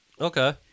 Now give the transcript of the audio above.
Okay